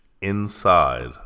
inside